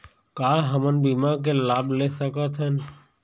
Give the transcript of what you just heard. का हमन बीमा के लाभ ले सकथन?